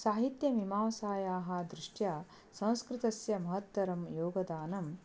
साहित्यमीमांसायाः दृष्ट्या संस्कृतस्य महत्तरं योगदानं